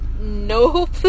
Nope